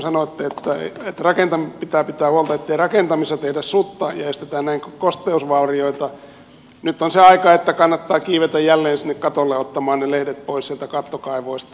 kun sanoitte että pitää pitää huolta ettei rakentamisessa tehdä sutta ja estetään näin kosteusvaurioita nyt on se aika että kannattaa kiivetä jälleen sinne katolle ottamaan ne lehdet pois sieltä kattokaivoista